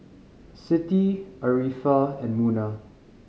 Siti Arifa and Munah